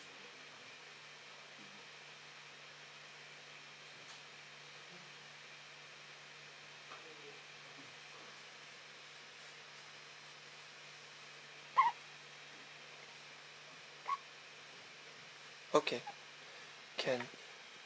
okay can